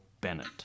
Bennett